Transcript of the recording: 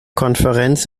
konferenz